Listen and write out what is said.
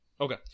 Okay